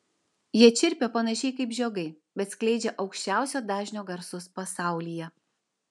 jie čirpia panašiai kaip žiogai bet skleidžia aukščiausio dažnio garsus pasaulyje